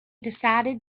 decided